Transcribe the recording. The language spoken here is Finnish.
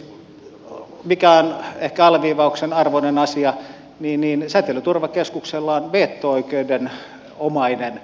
esimerkiksi mikä on ehkä alleviivauksen arvoinen asia säteilyturvakeskuksella on veto oikeuden omainen